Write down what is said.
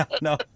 No